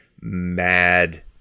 mad